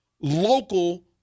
local